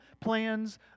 plans